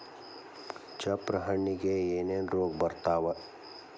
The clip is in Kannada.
ಚಪ್ರ ಹಣ್ಣಿಗೆ ಏನೇನ್ ರೋಗ ಬರ್ತಾವ?